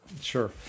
sure